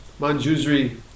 Manjusri